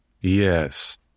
Yes